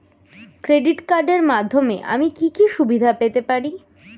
Credit কার্ডের মাধ্যমে আমি কি কি সুবিধা পেতে পারি?